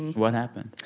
what happened?